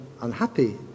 unhappy